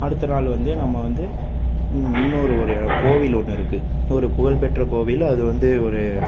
அடுத்த நாள் வந்து நம்ம வந்து இன்னொரு ஒரு கோவில் ஒன்று இருக்குது ஒரு புகழ்பெற்ற கோவில் அது வந்து ஒரு